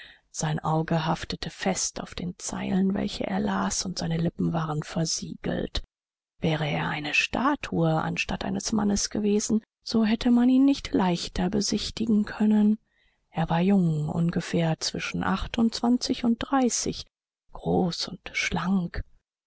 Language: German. sein auge haftete fest auf den zeilen welche er las und seine lippen waren versiegelt wäre er eine statue anstatt eines mannes gewesen so hätte man ihn nicht leichter besichtigen können er war jung ungefähr zwischen achtundzwanzig und dreißig groß und schlank